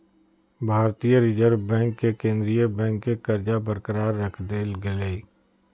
भारतीय reserve bank के केंद्रीय बैंक के दर्जा बरकरार रख देल गेलय